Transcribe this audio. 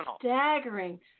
staggering